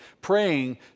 praying